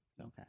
Okay